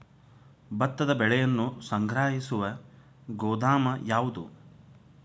ಭತ್ತದ ಬೆಳೆಯನ್ನು ಸಂಗ್ರಹಿಸುವ ಗೋದಾಮು ಯಾವದು?